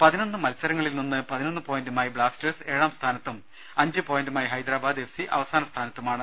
പതിനൊന്ന് മത്സരങ്ങളിൽ നിന്ന് പതിനൊന്ന് പോയിന്റുമായി ബ്ലാസ്റ്റേഴ്സ് ഏഴാം സ്ഥാനത്തും അഞ്ച് പോയിന്റുമായി ഹൈദരാബാദ് എഫ് സി അവസാന സ്ഥാനത്തുമാണ്